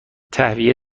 تهویه